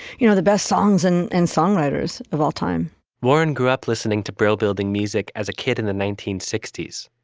you know the best songs and and songwriters of all time warren grew up listening to brill building music as a kid in the nineteen sixty s,